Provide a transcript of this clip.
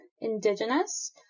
indigenous